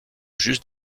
juste